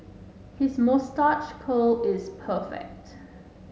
his moustache curl is perfect